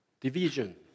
division